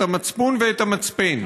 את המצפון ואת המצפן.